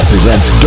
presents